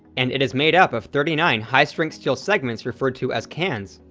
and it is made up of thirty nine high-strength steel segments referred to as cans,